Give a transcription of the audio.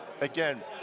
again